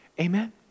Amen